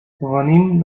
venim